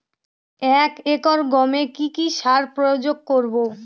এক একর গমে কি কী সার প্রয়োগ করব?